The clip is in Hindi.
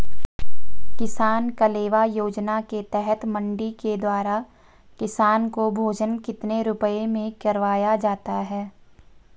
किसान कलेवा योजना के तहत मंडी के द्वारा किसान को भोजन कितने रुपए में करवाया जाता है?